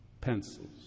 pencils